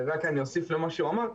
ואני רק אוסיף למה שהוא אמר,